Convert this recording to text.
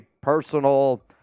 personal